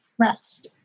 Rest